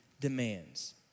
demands